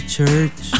Church